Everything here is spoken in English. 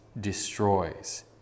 destroys